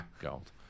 gold